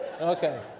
okay